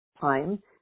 time